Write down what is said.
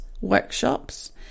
workshops